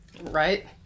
right